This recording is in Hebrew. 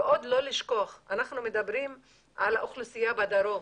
ועוד לא לשכוח, אנחנו מדברים על האוכלוסייה בדרום.